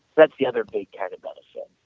that's the other big kind of benefit